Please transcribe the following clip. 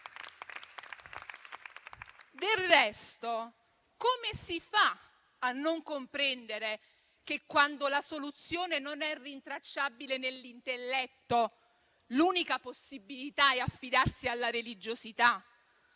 Del resto, come si fa a non comprendere che, quando la soluzione non è rintracciabile nell'intelletto, l'unica possibilità è affidarsi alla religiosità,